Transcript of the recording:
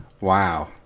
Wow